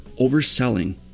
overselling